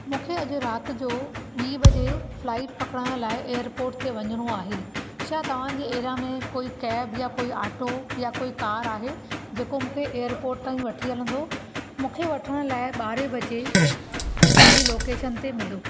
मूंखे अॼु राति जो ॿीं बजे फ़्लाइट पकिड़ण लाइ एरपोट ते वञिणो आहे छा तव्हांजी एरिया में कोई कैब या कोई आटो या कोई कार आहे जेको मूंखे एरपोट ताईं वठी हलंदो मूंखे वठण लाइ ॿारहें बजे मुंहिंजी लोकेशन ते मिलो